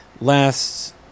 last